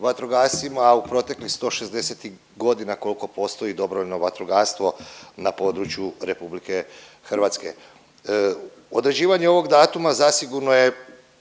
vatrogascima u proteklih 160.g. koliko postoji dobrovoljno vatrogastvo na području RH. Određivanje ovog datuma zasigurno je